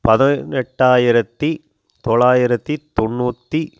பதினெட்டாயிரத்தி தொள்ளாயிரத்தி தொண்ணூற்றி